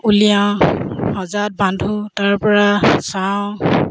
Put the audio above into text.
উলিয়াওঁ সজাত বান্ধো তাৰপৰা চাওঁ